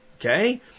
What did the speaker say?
Okay